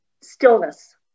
stillness